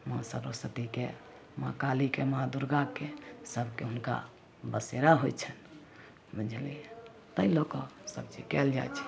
माँ सरस्वतीके माँ कालीके माँ दुर्गाके सभके हुनका बसेरा होइ छनि बुझलिए ताहि लऽ कऽ सबचीज कएल जाइ छै